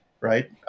right